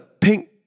pink